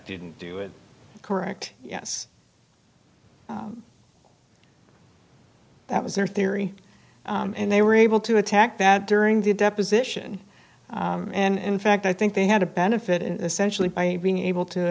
didn't do it correct yes that was their theory and they were able to attack that during the deposition and in fact i think they had a benefit especially by being able to